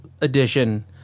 edition